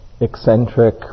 eccentric